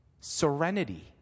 serenity